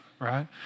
right